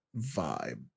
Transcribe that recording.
vibe